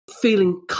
feeling